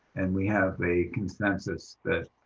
and we have a consensus that